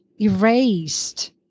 erased